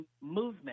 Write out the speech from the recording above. movement